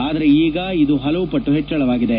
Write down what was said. ಆದರೆ ಈಗ ಇದು ಪಲವು ಪಟ್ಟು ಹೆಚ್ಚಳವಾಗಿವೆ